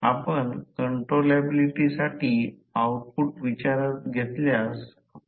तर म्हणून input output loss हे output X P fl loss आहे